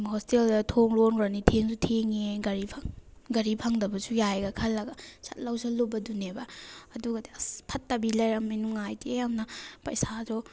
ꯍꯣꯁꯇꯦꯜꯗꯣ ꯊꯣꯡ ꯂꯣꯟꯈ꯭ꯔꯅꯤ ꯊꯦꯡꯁꯨ ꯊꯦꯡꯉꯦ ꯒꯥꯔꯤ ꯐꯪ ꯒꯥꯔꯤ ꯐꯪꯗꯕꯁꯨ ꯌꯥꯏꯒ ꯈꯜꯂꯒ ꯁꯠ ꯂꯧꯁꯜꯂꯨꯕꯗꯨꯅꯦꯕ ꯑꯗꯨꯒꯗꯤ ꯑꯁ ꯐꯠꯇꯕꯤ ꯂꯩꯔꯝꯃꯦ ꯅꯨꯡꯉꯥꯏꯇꯦ ꯌꯥꯝꯅ ꯄꯩꯁꯥꯗꯣ